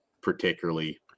particularly